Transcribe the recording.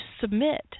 submit